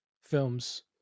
films